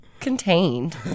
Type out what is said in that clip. contained